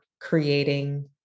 creating